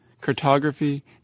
Cartography